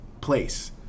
place